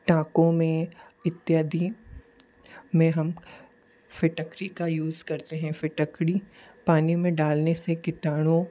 टाकों में इत्यादि में हम फिटकरी का यूज करते हैं फिटकरी पानी में डालने से कीटाणु